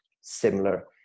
similar